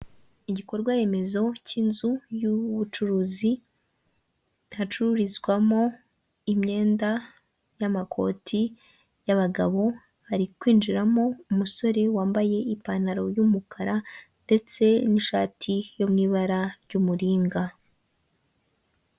Igikorwa remezo cy'inzu y'ubucuruzi hacururizwamo imyenda y'amakoti y'abagabo, hari kwinjiramo umusore wambaye ipantaro y'umukara ndetse n'ishati yo mu ibara ry'umuringa.